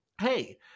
hey